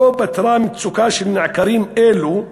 לא פתרה מצוקה של נעקרים אלו,